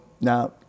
now